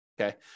okay